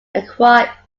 acquire